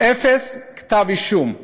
אפס כתבי אישום.